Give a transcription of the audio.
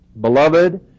Beloved